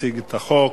שהציג את החוק.